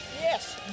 Yes